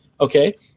okay